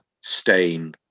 stain